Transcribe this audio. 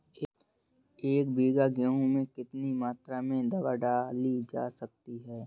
एक बीघा गेहूँ में कितनी मात्रा में दवा डाली जा सकती है?